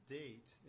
date